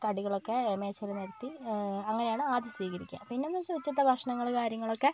കടികളൊക്കെ മേശയിൽ നിരത്തി അങ്ങനെ ആണ് ആദ്യം സ്വീകരിക്കുക പിന്നേന്ന് വെച്ചാൽ ഉച്ചത്തെ ഭക്ഷണങ്ങള് കാര്യങ്ങളൊക്കെ